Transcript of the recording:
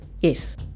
Yes